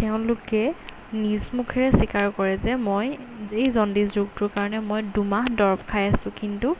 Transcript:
তেওঁলোকে নিজ মুখেৰে স্বীকাৰ কৰে যে মই এই জণ্ডিচ ৰোগটোৰ কাৰণে মই দুমাহ দৰৱ খাই আছোঁ কিন্তু